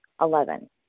Eleven